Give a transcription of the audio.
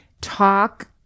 Talk